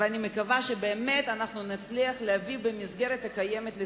אני מקווה שנצליח להביא במסגרת הקיימת את